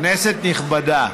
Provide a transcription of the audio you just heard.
כנסת נכבדה,